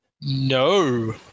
No